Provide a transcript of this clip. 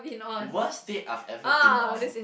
worst date I've ever been on